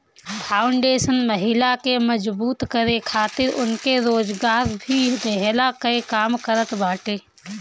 foundation महिला के मजबूत करे खातिर उनके रोजगार भी देहला कअ काम करत बाटे